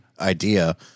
idea